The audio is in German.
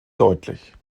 deutlich